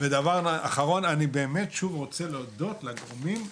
דבר אחרון, אני באמת שוב רוצה להודות לגורמים,